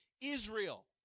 Israel